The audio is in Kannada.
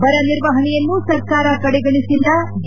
ಬರ ನಿರ್ವಹಣೆಯನ್ನು ಸರ್ಕಾರ ಕಡೆಗಣೆಸಿಲ್ಲ ಡಿ